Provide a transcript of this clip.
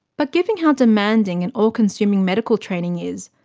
but given how demanding and all-consuming medical training is,